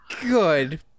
good